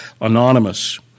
anonymous